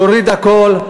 תוריד הכול,